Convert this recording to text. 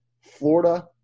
Florida